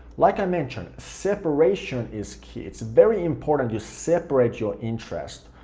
like i mentioned, separation is key, it's very important you separate your interests,